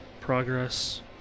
progress